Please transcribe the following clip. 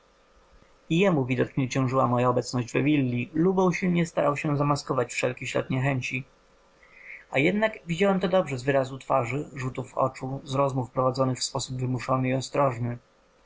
i jemu widocznie ciążyła moja obecność we willi lubo usilnie starał się zamaskować wszelki ślad niechęci a jednak widziałem to dobrze z wyrazu twarzy rzutów oczu z rozmów prowadzonych w sposób wymuszony i ostrożny